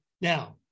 Now